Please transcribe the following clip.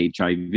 HIV